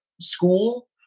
school